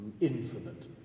infinite